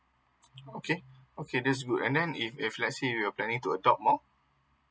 okay okay that's good and then if if let's say we're planning to adopt more